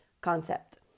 concept